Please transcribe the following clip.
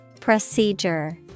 Procedure